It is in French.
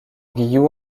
guillou